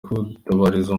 gutabariza